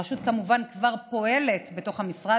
הרשות כמובן כבר פועלת בתוך המשרד